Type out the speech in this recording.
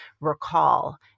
recall